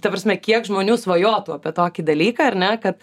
ta prasme kiek žmonių svajotų apie tokį dalyką ar ne kad